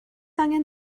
angen